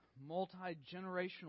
multi-generational